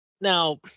Now